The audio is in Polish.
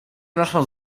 naszą